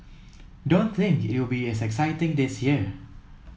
don't think it'll be as exciting this year